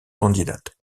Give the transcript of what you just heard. candidates